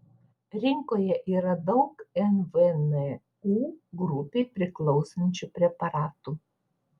rinkoje yra daug nvnu grupei priklausančių preparatų